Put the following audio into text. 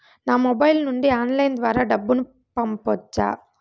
నా మొబైల్ నుండి ఆన్లైన్ ద్వారా డబ్బును పంపొచ్చా